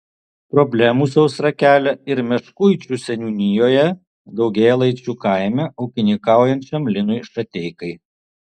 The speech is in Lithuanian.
problemų sausra kelia ir meškuičių seniūnijoje daugėlaičių kaime ūkininkaujančiam linui šateikai